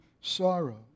sorrow